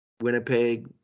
Winnipeg